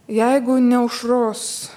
jeigu ne aušros